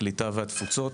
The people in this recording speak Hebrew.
הקליטה והתפוצות